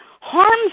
harms